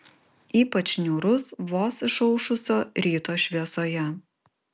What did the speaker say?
ypač niūrus vos išaušusio ryto šviesoje